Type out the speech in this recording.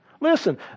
Listen